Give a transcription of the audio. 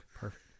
Perfect